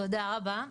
תודה רבה.